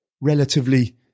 relatively